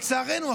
לצערנו,